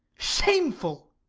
shameful!